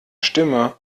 stimme